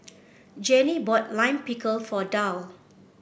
Janie bought Lime Pickle for Darl